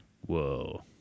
Whoa